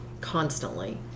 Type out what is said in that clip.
Constantly